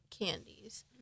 candies